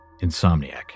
Insomniac